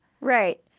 Right